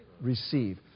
Receive